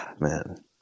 Man